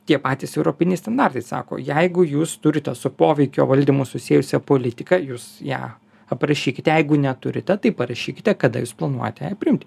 tie patys europiniai standartai sako jeigu jūs turite su poveikio valdymu susijusią politiką jūs ją aprašykite jeigu neturite tai parašykite kada jūs planuojate ją priimti